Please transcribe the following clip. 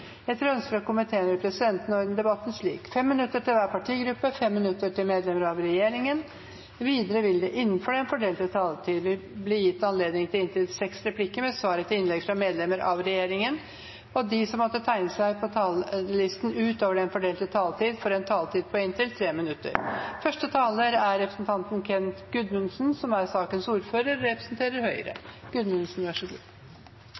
Etter ønske fra justiskomiteen vil presidenten ordne debatten slik: 5 minutter til hver partigruppe og 5 minutter til medlemmer av regjeringen. Videre vil det – innenfor den fordelte taletid – bli gitt anledning til inntil fem replikker med svar etter innlegg fra medlemmer av regjeringen, og de som måtte tegne seg på talerlisten utover den fordelte taletid, får en taletid på inntil 5 minutter. Første taler er Per-Willy Amundsen, for sakens ordfører,